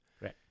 Right